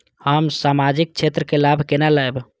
हम सामाजिक क्षेत्र के लाभ केना लैब?